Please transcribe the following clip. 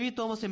V Thomas M